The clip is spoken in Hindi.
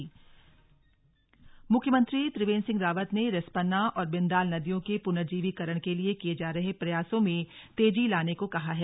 बैठक मुख्यमंत्री त्रिवेन्द्र सिंह रावत ने रिस्पना और बिन्दाल नदियों के पुनर्जीवीकरण के लिये किये जा रहे प्रयासों में तेजी लाने को कहा है